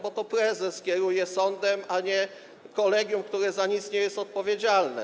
Bo to prezes kieruje sądem, a nie kolegium, które za nic nie jest odpowiedzialne.